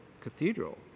cathedral